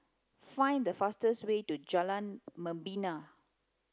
find the fastest way to Jalan Membina